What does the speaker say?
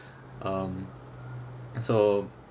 um so